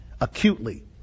acutely